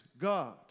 God